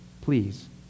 Please